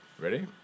Ready